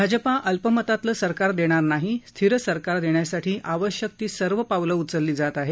भाजपा अल्पमतातलं सरकार देणार नाही स्थिर सरकार देण्यासाठी आवश्यक ती सर्व पावलं उचलली जात आहेत